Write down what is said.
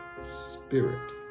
spirit